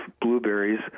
blueberries